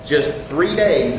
just three days